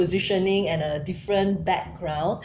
positioning and a different background